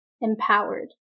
empowered